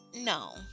No